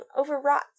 overwrought